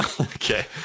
okay